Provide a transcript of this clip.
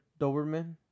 Doberman